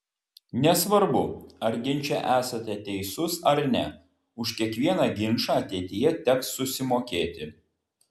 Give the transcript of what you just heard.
nesvarbu ar ginče esate teisus ar ne už kiekvieną ginčą ateityje teks susimokėti